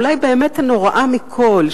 אולי באמת הנוראה מכול,